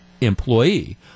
employee